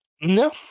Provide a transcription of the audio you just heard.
No